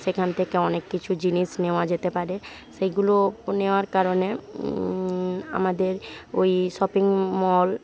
সেখান থেকে অনেক কিছু জিনিস নেওয়া যেতে পারে সেইগুলো নেওয়ার কারণে আমাদের ওই শপিং মল